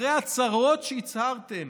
אחרי ההצהרות שהצהרתם